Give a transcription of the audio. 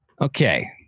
Okay